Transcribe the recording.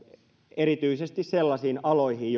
erityisesti sellaisiin aloihin